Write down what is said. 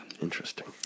Interesting